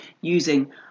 using